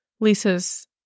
Lisa's